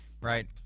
right